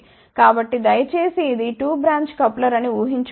కాబట్టి దయచేసి ఇది 2 బ్రాంచ్ కప్లర్ అని ఉహించుకోండి